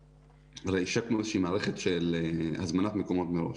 הרי השקנו מערכת של הזמנת מקומות מראש